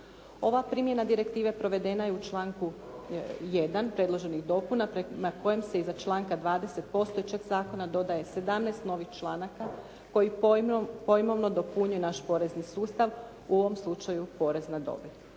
Ova primjena direktive provedena je u članku 1. predloženog dopuna na kojem se iza članka 20. postojećeg zakona dodaje 17 novih članaka koji pojmovno dopunjuje naš porezni sustav, u ovom slučaju porez na dobit.